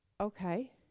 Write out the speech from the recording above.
Okay